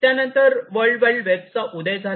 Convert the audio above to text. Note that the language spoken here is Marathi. त्यानंतर वर्ल्ड वाईड वेबचा उदय झाला